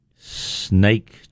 snake